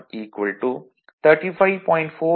472 1